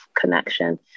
connection